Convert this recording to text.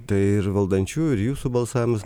tai ir valdančiųjų ir jūsų balsavimas